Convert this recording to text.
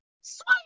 Swipe